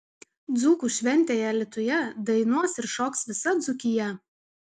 dzūkų šventėje alytuje dainuos ir šoks visa dzūkija